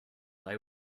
they